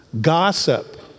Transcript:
gossip